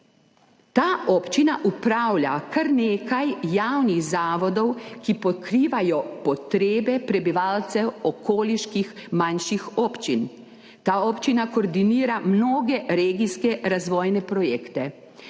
Ta občina upravlja kar nekaj javnih zavodov, ki pokrivajo potrebe prebivalcev okoliških manjših občin. Koordinira mnoge regijske razvojne projekte